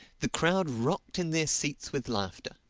the crowd rocked in their seats with laughter.